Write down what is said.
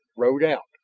rode out.